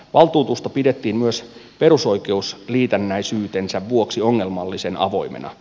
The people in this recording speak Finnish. valtuutusta pidettiin myös perusoikeusliitännäisyytensä vuoksi ongelmallisen avoimena